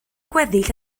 gweddill